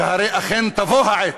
והרי אכן תבוא העת,